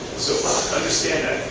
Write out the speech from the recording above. so understand that,